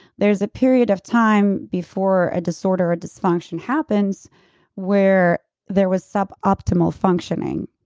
there's a period of time before a disorder or a dysfunction happens where there was sub-optimal functioning.